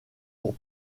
pour